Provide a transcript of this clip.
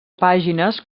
pàgines